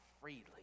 freely